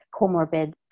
comorbid